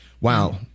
Wow